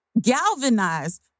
galvanized